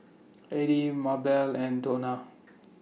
Edie Mabelle and Dona